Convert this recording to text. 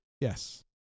Yes